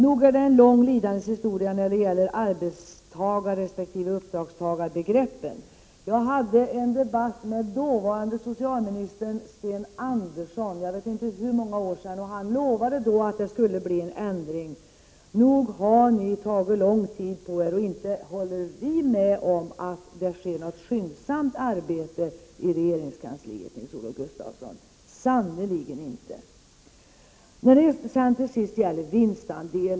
Nog är det en lång lidandets historia när det gäller arbetstagarresp. uppdragstagarbegreppen. Jag hade en debatt med dåvarande socialministern Sten Andersson för jag vet inte hur många år sedan, då han lovade att det skulle bli en ändring. Nog har ni tagit lång tid på er! Vi håller inte med om att arbetet sker skyndsamt i regeringskansliet, Nils-Olof Gustafsson. Sannerligen inte!